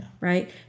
right